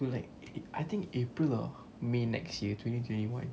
to like I think april or may next year twenty twenty one